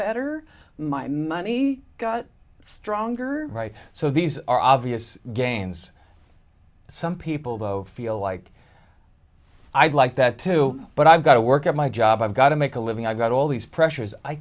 better my money got stronger right so these are obvious gains some people though feel like i'd like that too but i've got to work at my job i've got to make a living i've got all these pressures i